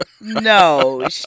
No